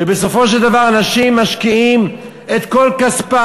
ובסופו של דבר אנשים משקיעים את כל כספם.